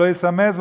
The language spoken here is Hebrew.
שלא יסמס,